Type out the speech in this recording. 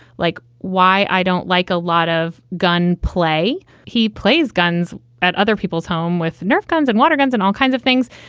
like why i don't like a lot of gun play. he plays guns at other people's home with nerf guns and water, guns and all kinds of things.